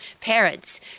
parents